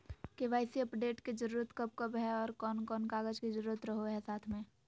KYC update के जरूरत कब कब है और कौन कौन कागज के जरूरत रहो है साथ में?